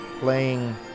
playing